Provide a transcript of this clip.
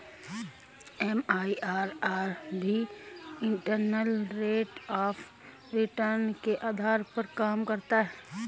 MIRR भी internal rate of return के आधार पर काम करता है